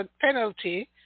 penalty